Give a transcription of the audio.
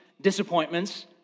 disappointments